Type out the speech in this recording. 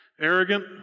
Arrogant